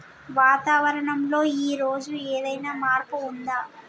వాతావరణం లో ఈ రోజు ఏదైనా మార్పు ఉందా?